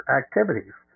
activities